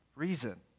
reason